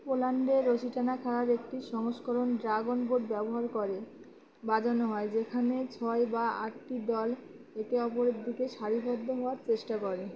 পোল্যান্ডে রশি টানা খেলার একটি সংস্করণ ড্রাগন বোট ব্যবহার করে বাজানো হয় যেখানে ছয় বা আটটি দল একে অপরের দিকে সারিবদ্ধ হওয়ার চেষ্টা করে